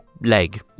leg